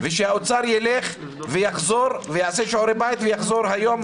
ושהאוצר ילך ויחזור ויעשה שיעורי בית ויחזור היום,